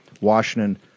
Washington